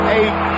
eight